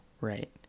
right